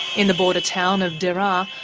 in the border town of daraa,